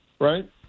right